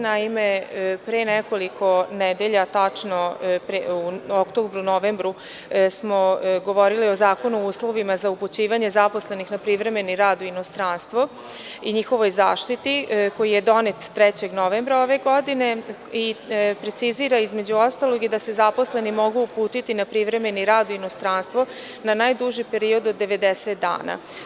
Naime, pre nekoliko nedelja, tačnije u oktobru-novembru smo govorili o Zakonu o uslovima za upućivanje zaposlenih na privremeni rad u inostranstvo i njihovoj zaštiti, koji je donet 3. novembra ove godine i koji precizira, između ostalog, da se zaposleni mogu uputiti na privremeni rad u inostranstvo na najduži period od 90 dana.